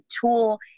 tool